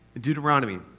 Deuteronomy